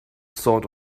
sort